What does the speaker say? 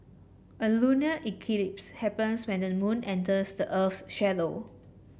a lunar eclipse happens when the moon enters the earth's shadow